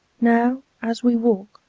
now, as we walk,